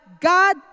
God